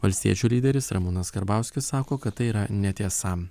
valstiečių lyderis ramūnas karbauskis sako kad tai yra netiesa